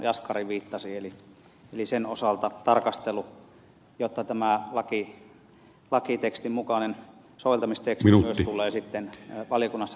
jaskari viittasi eli sen osalta tarkastelu jotta tämä lakitekstin mukainen soveltamisteksti myös tulee sitten valiokunnassa läpikäytyä